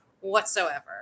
whatsoever